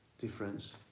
difference